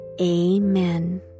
amen